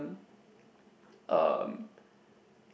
um